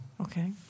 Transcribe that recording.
Okay